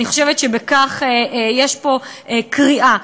אני חושבת שבכך יש פה קריאה,